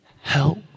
help